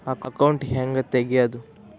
Account ಹ್ಯಾಂಗ ತೆಗ್ಯಾದು?